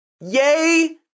yay